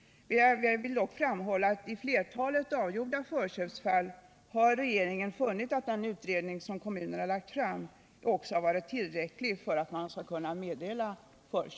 Jag vill dock framhålla att i flertalet avgjorda förköpsfall har regeringen funnit att den utredning som kommunen lagt fram varit tillräcklig för att förköp skall kunna meddelas.